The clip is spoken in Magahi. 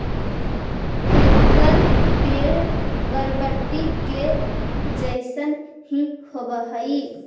एकर पेड़ बरबटी के जईसन हीं होब हई